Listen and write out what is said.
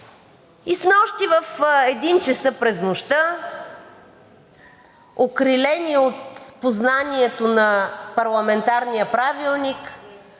И снощи в 1,00 ч. през нощта, окрилени от познанието на парламентарния Правилник,